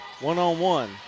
one-on-one